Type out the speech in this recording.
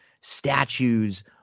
statues